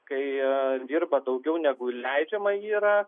kai dirba daugiau negu leidžiama yra